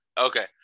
Okay